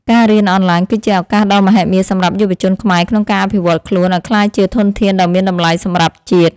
ការរៀនអនឡាញ គឺជាឱកាសដ៏មហិមាសម្រាប់យុវជនខ្មែរក្នុងការអភិវឌ្ឍន៍ខ្លួនឱ្យក្លាយជាធនធានដ៏មានតម្លៃសម្រាប់ជាតិ។